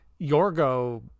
Yorgo